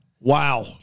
Wow